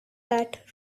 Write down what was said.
that